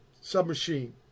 Submachine